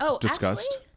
discussed